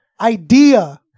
Idea